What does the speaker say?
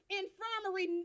infirmary